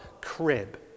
crib